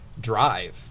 drive